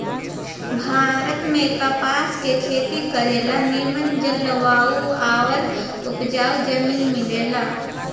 भारत में कपास के खेती करे ला निमन जलवायु आउर उपजाऊ जमीन मिलेला